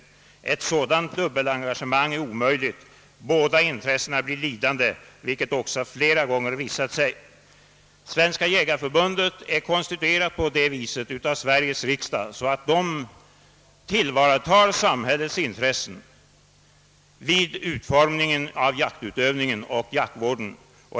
Ett sådant dubbelengagemang är omöjligt — båda intressena blir lidande, vilket också flera gånger visat sig». Svenska jägareförbundet är konstituerat på det viset av Sveriges riksdag att det skall tillvarata samhällets intressen vid utformningen av jaktutövningen och jaktvården.